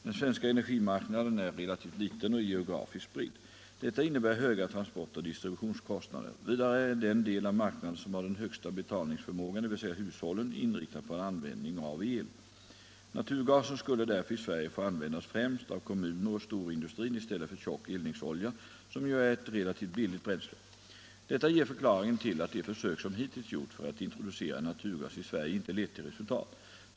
Den svenska energimarknaden är relativt liten och geografiskt spridd. Detta innebär höga transportoch distributionskostnader. Vidare är den del av marknaden som har den högsta betalningsförmågan, dvs. hushållen, inriktad på användning av el. Naturgasen skulle därför i Sverige få användas främst av kommuner och storindustrin i stället för tjock eldningsolja, som ju är ett relativt billigt bränsle. Detta ger förklaringen till att de försök som hittills gjorts för att introducera naturgas i Sverige inte lett till resultat.